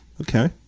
Okay